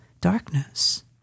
darkness